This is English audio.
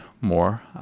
more